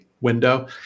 window